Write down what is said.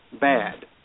bad